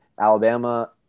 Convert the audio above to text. Alabama